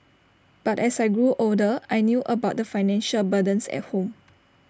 but as I grew older I knew about the financial burdens at home